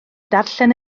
darllen